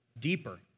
deeper